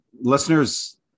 listeners